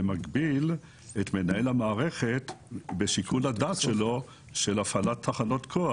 ומגביל את מנהל המערכת בשיקול הדעת שלו בעניין הפעלת תחנות כוח.